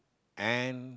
and